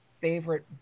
favorite